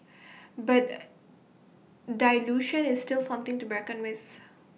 but dilution is still something to be reckoned with